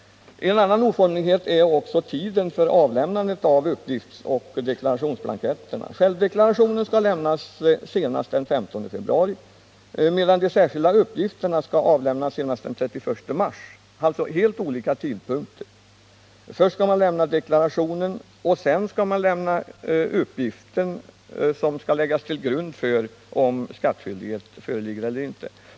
En annan oformlighet är tiden för inlämnandet av uppgiftsoch deklarationsblanketterna. Självdeklarationen skall lämnas senast den 15 februari, medan de särskilda uppgifterna skall avlämnas senast den 31 mars — alltså helt olika tidpunkter. Först skall man lämna deklarationen, och sedan skall man lämna uppgiften som skall läggas till grund för beslutet huruvida skattskyldighet föreligger eller inte.